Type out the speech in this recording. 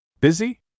Busy